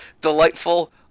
delightful